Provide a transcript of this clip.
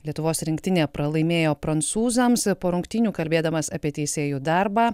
lietuvos rinktinė pralaimėjo prancūzams po rungtynių kalbėdamas apie teisėjų darbą